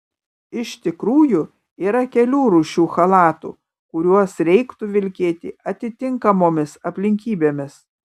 iš tikrųjų yra kelių rūšių chalatų kuriuos reikėtų vilkėti atitinkamomis aplinkybėmis